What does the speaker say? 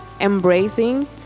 embracing